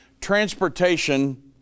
transportation